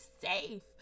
safe